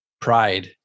pride